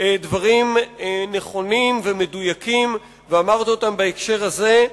דברים נכונים ומדויקים, ואמרת אותם בהקשר הזה.